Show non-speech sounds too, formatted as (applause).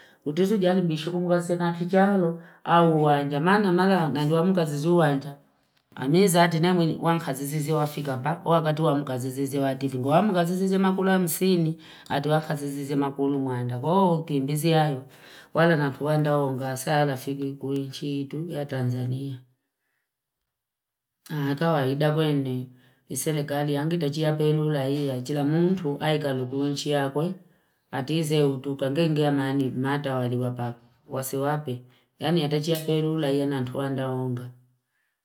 Utuzijanu bishungu kwansinati chalo auwanja mana kazi zuwanja amizati nawene wankaziziwe wafika papo wakati mkaziziwe wativiwamkazizime kulamsini atua kazizi kuli mwanda kwaoo kimbizianu wala nakuwanda ungasalafi kunchitu ya Tanzania, a kawaida wene iserekali yangitochia pelula iyaa chila mtu aika nchi yakwe atizie utuka genge ya mani natawaliwa papo (noise) wasiwapi yani atechia pelula (noise) inatuanda umbe